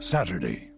Saturday